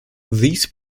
these